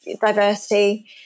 diversity